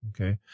Okay